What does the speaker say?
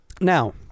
Now